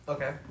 Okay